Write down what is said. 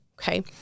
okay